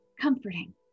comforting